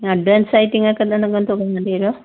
ഞാൻ അഡ്വാൻസായിട്ട് നിങ്ങൾക്കെന്താണ് തുക വേണ്ടി വരിക